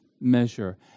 measure